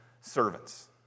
servants